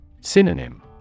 Synonym